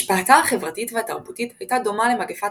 השפעתה החברתית והתרבותית הייתה דומה למגפת